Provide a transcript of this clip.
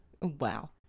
Wow